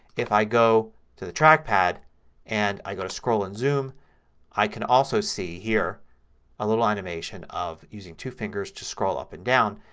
if i go to the trackpad and i go to scroll and zoom i can also see here a little animation of using two fingers to scroll up and down.